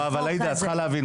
עאידה, את צריכה להבין.